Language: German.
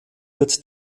wird